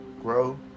grow